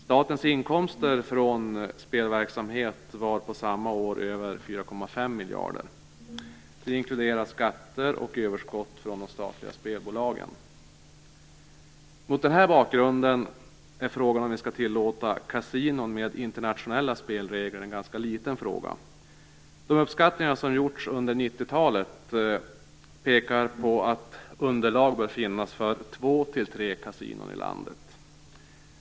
Statens inkomster från spelverksamhet var samma år över 4,5 miljarder. Det inkluderar skatter och överskott från de statliga spelbolagen. Mot den här bakgrunden är frågan om vi skall tilllåta kasinon med internationella spelregler en ganska liten fråga. De uppskattningar som gjorts under 90 talet pekar på att underlag bör finnas för två tre kasinon i landet.